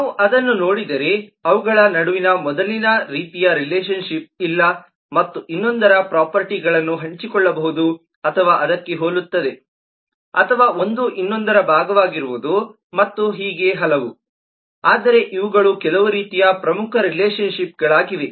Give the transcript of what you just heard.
ನಾವು ಅದನ್ನು ನೋಡಿದರೆ ಅವುಗಳ ನಡುವೆ ಮೊದಲಿನ ರೀತಿಯ ರಿಲೇಶನ್ ಶಿಪ್ ಇಲ್ಲ ಮತ್ತು ಇನ್ನೊಂದರ ಪ್ರೊಪರ್ಟಿಗಳನ್ನು ಹಂಚಿಕೊಳ್ಳಬಹುದು ಅಥವಾ ಅದಕ್ಕೆ ಹೋಲುತ್ತದೆ ಅಥವಾ ಒಂದು ಇನ್ನೊಂದರ ಭಾಗವಾಗಿರುವುದು ಮತ್ತು ಹೀಗೆ ಹಲವು ಆದರೆ ಇವುಗಳು ಕೆಲವು ರೀತಿಯ ಪ್ರಮುಖ ರಿಲೇಶನ್ ಶಿಪ್ಗಳಾಗಿವೆ